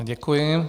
Děkuji.